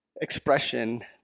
expression